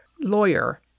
lawyer